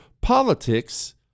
politics